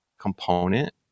component